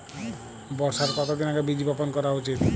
বর্ষার কতদিন আগে বীজ বপন করা উচিৎ?